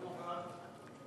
נוכחת.